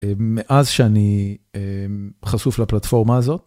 מאז שאני חשוף לפלטפורמה הזאת.